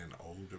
older